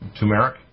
turmeric